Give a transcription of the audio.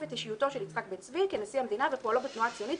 את אישיותו של יצחק בן-צבי כנשיא המדינה ופועלו בתנועה הציונית,